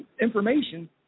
information